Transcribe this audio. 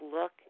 look